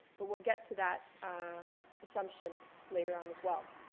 but we'll get to that assumption later on as well.